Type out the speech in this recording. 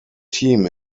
team